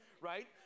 Right